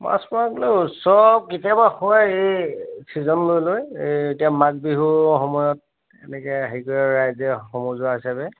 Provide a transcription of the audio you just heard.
মাছ লৈ উৎসৱ কেতিয়াবা হয় এই ছিজন লৈ লৈ এই এতিয়া মাঘ বিহুৰ সময়ত এনেকে হেৰি কৰে ৰাইজে সমজোৱা হিচাপে